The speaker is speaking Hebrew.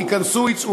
ייכנסו, יצאו.